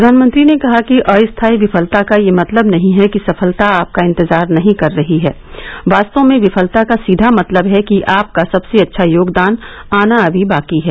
प्रधानमंत्री ने कहा कि अस्थाई विफलता का यह मतलब नहीं है कि सफलता आपका इंतजार नहीं कर रही है वास्तव में विफलता का सीधा मतलब है कि आपका सबसे अच्छा योगदान आना अभी बाकी है